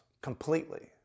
completely